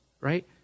right